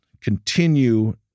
continue